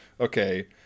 okay